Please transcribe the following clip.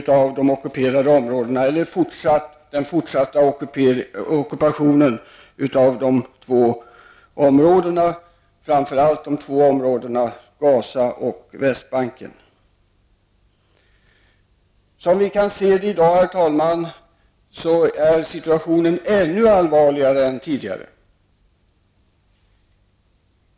Som vi kan se är situationen i dag ännu allvarligare än tidigare.